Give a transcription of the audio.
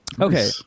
Okay